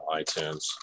iTunes